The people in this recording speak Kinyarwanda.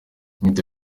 inyito